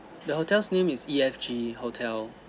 the hotel's name is E_F_G hotel